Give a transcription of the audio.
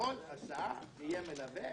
שבכל הסעה יהיה מלווה,